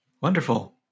Wonderful